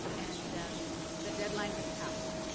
and the deadline has passed.